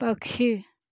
पक्षी